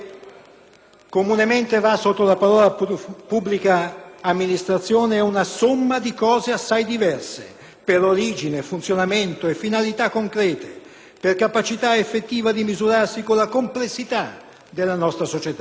comunemente va sotto la definizione di pubblica amministrazione è una somma di cose assai diverse per origine, funzionamento e finalità concrete, per capacità effettiva di misurarsi con la complessità della nostra società